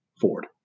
Ford